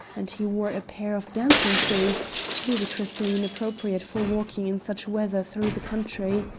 and he wore a pair of dancing-shoes, ludicrously inappropriate for walking in such weather through the country.